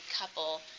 couple